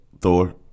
Thor